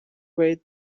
wait